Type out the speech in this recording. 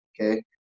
okay